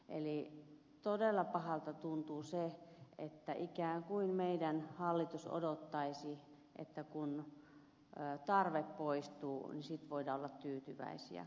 eli todella pahalta tuntuu se että ikään kuin meidän hallitus odottaisi että kun tarve poistuu niin sitten voidaan olla tyytyväisiä